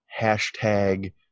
hashtag